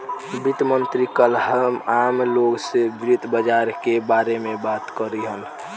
वित्त मंत्री काल्ह आम लोग से वित्त बाजार के बारे में बात करिहन